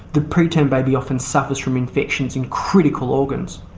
the preterm baby often suffers from infections in critical organs.